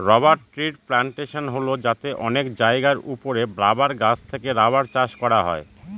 rubber ট্রির plantation হল যাতে অনেক জায়গার ওপরে রাবার গাছ থেকে রাবার চাষ করা হয়